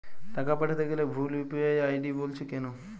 টাকা পাঠাতে গেলে ভুল ইউ.পি.আই আই.ডি বলছে কেনো?